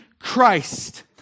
Christ